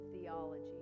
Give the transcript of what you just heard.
theology